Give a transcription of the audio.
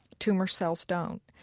tumor cells don't.